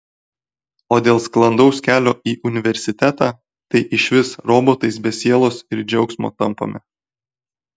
o dėl sklandaus kelio į universitetą tai išvis robotais be sielos ir džiaugsmo tampame